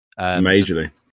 majorly